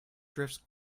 drifts